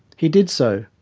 he did so,